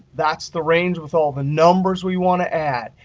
that's the range with all the numbers we want to add.